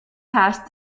passed